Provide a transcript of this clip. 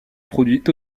produit